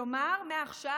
כלומר, מעכשיו